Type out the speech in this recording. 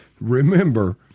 Remember